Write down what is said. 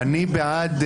אני בעד,